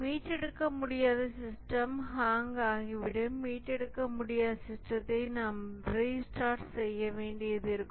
மீட்டெடுக்க முடியாத system hang ஆகிவிடும் மீட்டெடுக்க முடியாத சிஸ்டத்தை நாம் ரீ ஸ்டார்ட் செய்ய வேண்டியிருக்கும்